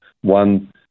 one